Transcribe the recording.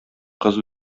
кыз